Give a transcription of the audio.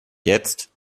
jetzt